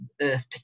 earth